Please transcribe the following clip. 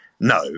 no